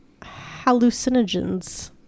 hallucinogens